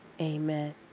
Amen